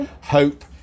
Hope